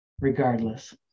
regardless